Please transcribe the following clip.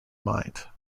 mind